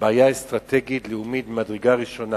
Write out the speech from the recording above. בעיה אסטרטגית לאומית ממדרגה ראשונה.